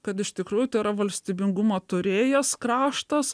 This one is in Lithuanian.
kad iš tikrųjų tai yra valstybingumą turėjęs kraštas